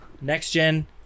Next-gen